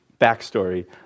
backstory